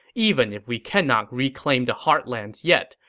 even if we cannot reclaim the heartlands yet,